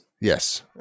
Yes